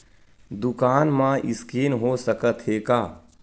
दुकान मा स्कैन हो सकत हे का?